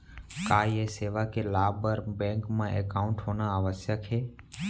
का ये सेवा के लाभ बर बैंक मा एकाउंट होना आवश्यक हे